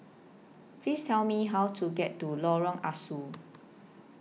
Please Tell Me How to get to Lorong Ah Soo